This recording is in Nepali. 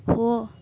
हो